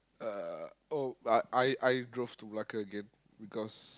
uh oh but I I drove to Malacca again because